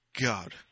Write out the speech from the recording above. God